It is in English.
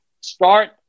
start